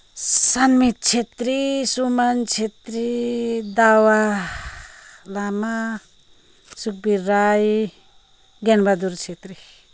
Samit Chhetri Suman Chhetri Dawa Lama Sukhbir Rai Gyan Bahadur Chhetri